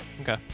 Okay